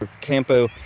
Campo